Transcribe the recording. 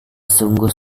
sungguh